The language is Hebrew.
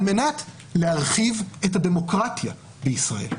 על-מנת להרחיב את הדמוקרטיה בישראל.